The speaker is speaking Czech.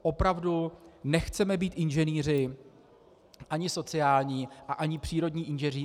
Opravdu nechceme být inženýři ani sociální, ani přírodní inženýři.